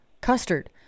custard